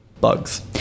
bugs